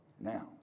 Now